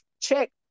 check